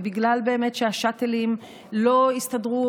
ובגלל שהשאטלים לא הסתדרו